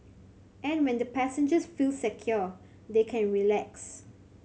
and when the passengers feel secure they can relax